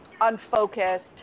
unfocused